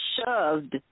shoved